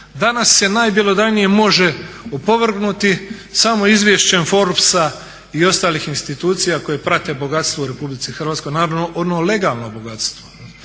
danas se najbjelodanije može opovrgnuti samo izvješćem Forbesa i ostalih institucija koje prate bogatstvo u Republici Hrvatskoj, naravno ono legalno bogatstvo,